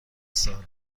سال